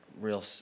real